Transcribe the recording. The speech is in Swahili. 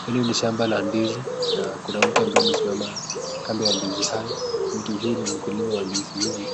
Hili ni shamba la ndizi na Kuna mtu ambaye anasimama kando ya ndizi hayo mtu huyu ni mkulima wa ndizi hizi,